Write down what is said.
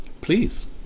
Please